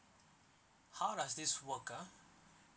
how does this work ah